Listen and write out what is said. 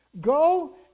Go